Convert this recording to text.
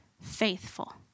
faithful